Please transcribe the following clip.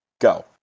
go